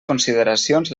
consideracions